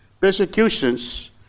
persecutions